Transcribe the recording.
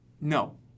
No